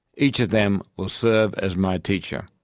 each of them will serve as my teacher.